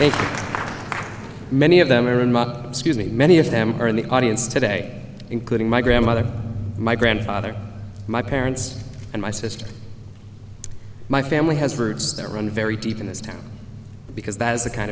thank many of them are in my scuse me many of them are in the audience today including my grandmother my grandfather my parents and my sister my family has roots that run very deep in this town because that is the kind